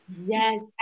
yes